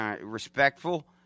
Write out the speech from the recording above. respectful